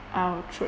I would throw it